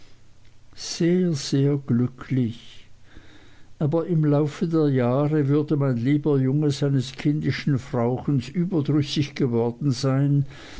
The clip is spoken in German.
sehr sehr glücklich aber im lauf der jahre würde mein lieber junge seines kindischen frauchens überdrüssig geworden sein